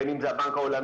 בין אם זה הבנק העולמי,